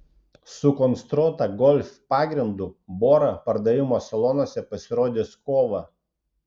sukonstruota golf pagrindu bora pardavimo salonuose pasirodys kovą